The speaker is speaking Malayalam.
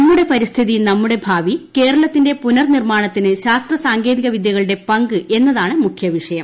നമ്മുടെ പരിസ്ഥിതി നമ്മുടെ ഭാവി കേരളത്തിന്റെ പുനർനിർമ്മാണത്തിന് ശാസ്ത്രസാങ്കേതിക വിദ്യകളുടെ പങ്ക് എന്നതാണ് മുഖ്യ വിഷയം